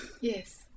Yes